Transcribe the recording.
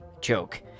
joke